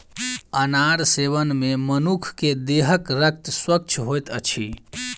अनार सेवन मे मनुख के देहक रक्त स्वच्छ होइत अछि